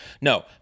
No